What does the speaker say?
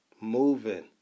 moving